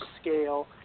scale